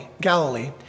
Galilee